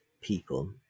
people